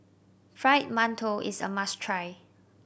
Fried Mantou is a must try